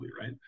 right